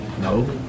No